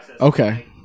okay